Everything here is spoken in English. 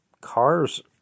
Cars